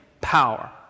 power